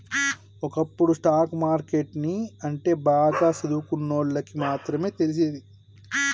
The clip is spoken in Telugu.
ఒకప్పుడు స్టాక్ మార్కెట్ ని అంటే బాగా సదువుకున్నోల్లకి మాత్రమే తెలిసేది